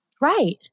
Right